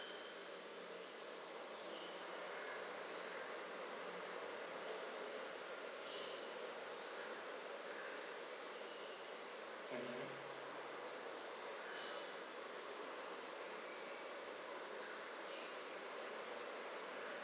mmhmm